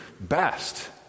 Best